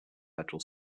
federal